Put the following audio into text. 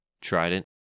Trident